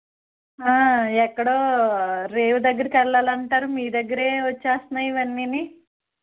ఎక్కడో రేవు దగ్గరకి వెళ్ళాలంటారు మీ దగ్గరే వచ్చేస్తున్నాయి ఇవన్నీ